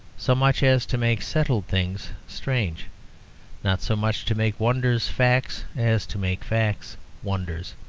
so much as to make settled things strange not so much to make wonders facts as to make facts wonders.